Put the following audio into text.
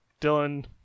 Dylan